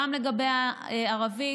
גם לגבי הערבית,